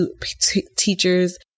teachers